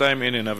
שבינתיים איננה,